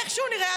באיך שהוא נראה.